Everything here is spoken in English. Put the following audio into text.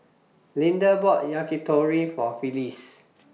Linda bought Yakitori For Phyllis